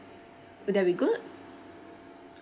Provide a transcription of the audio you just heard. would that be good